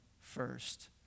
first